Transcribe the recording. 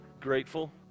grateful